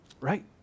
right